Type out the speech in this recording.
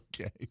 Okay